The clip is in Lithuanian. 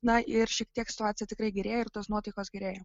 na ir šiek tiek situacija tikrai gerėja ir tos nuotaikos gerėja